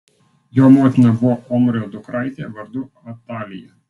jo motina buvo omrio dukraitė vardu atalija